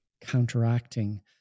counteracting